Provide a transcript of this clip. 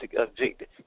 objective